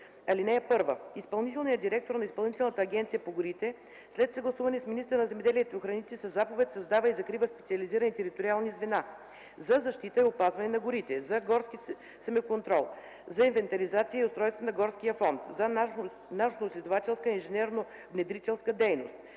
159. (1) Изпълнителният директор на Изпълнителната агенция по горите, след съгласуване с министъра на земеделието и храните, със заповед създава и закрива специализирани териториални звена: за защита и опазване на горите; за горски семеконтрол; за инвентаризация и устройство на горския фонд; за научноизследователска и инженерно-внедрителска дейност;